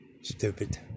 Stupid